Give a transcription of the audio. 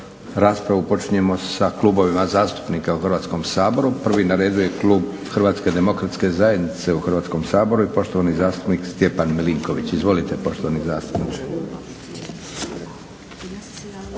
Raspravu počinjemo sa klubovima zastupnika u Hrvatskom saboru. Prvi na redu je klub HDZ-a u Hrvatskom saboru i poštovani zastupnik Stjepan Milinković. Izvolite poštovani zastupniče.